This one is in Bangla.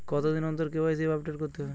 কতদিন অন্তর কে.ওয়াই.সি আপডেট করতে হবে?